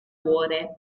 cuore